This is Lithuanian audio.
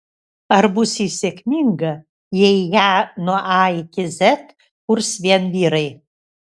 ar bus ji sėkminga jei ją nuo a iki z kurs vien vyrai